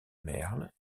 merle